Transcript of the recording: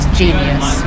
genius